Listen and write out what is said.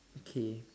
okay